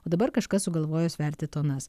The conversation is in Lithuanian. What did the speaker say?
o dabar kažkas sugalvojo sverti tonas